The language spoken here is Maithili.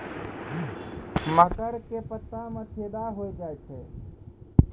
मकर के पत्ता मां छेदा हो जाए छै?